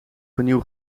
vinyl